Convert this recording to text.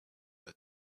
her